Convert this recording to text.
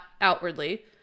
outwardly